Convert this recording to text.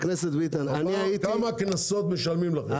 כמה קנסות משלמים לכם?